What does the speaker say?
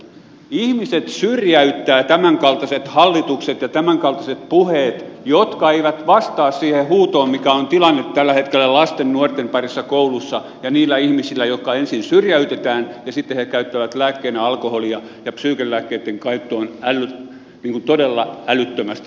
ihmisiä syrjäyttävät tämänkaltaiset hallitukset ja tämänkaltaiset puheet jotka eivät vastaa siihen huutoon mikä on tilanne tällä hetkellä lasten nuorten parissa koulussa ja niillä ihmisillä jotka ensin syrjäytetään ja jotka sitten käyttävät lääkkeenä alkoholia ja psyykenlääkkeitten käyttö on todella älyttömästi lisääntynyt